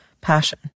passion